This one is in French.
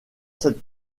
cette